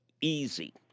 easy